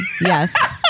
Yes